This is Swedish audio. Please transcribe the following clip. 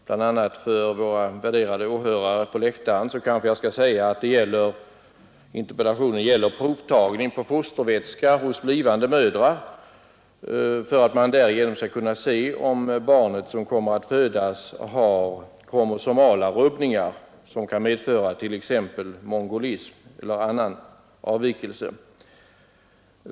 bl.a. för våra värderade åhörare på läktaren, vill jag nämna att interpellationen gäller provtagning på fostervätska hos blivande mödrar för att man därigenom skall kunna se, om det barn som kommer att födas har kromosomala rubbningar som kan medföra t.ex. mongolism eller annan avvikelse.